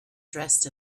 dressed